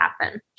happen